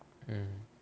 mm